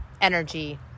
energy